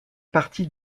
partie